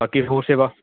ਬਾਕੀ ਹੋਰ ਸੇਵਾ